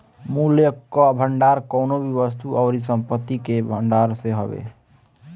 मूल्य कअ भंडार कवनो भी वस्तु अउरी संपत्ति कअ भण्डारण से हवे